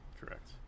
correct